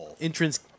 entrance